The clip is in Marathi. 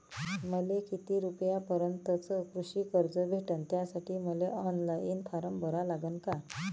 मले किती रूपयापर्यंतचं कृषी कर्ज भेटन, त्यासाठी मले ऑनलाईन फारम भरा लागन का?